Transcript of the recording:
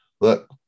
look